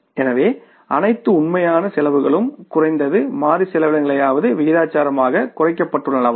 எனவே அனைத்து உண்மையான செலவுகளும் குறைந்தது மாறி செலவினங்களையாவது விகிதாசாரமாகக் குறைக்கப்பட்டுள்ளனவா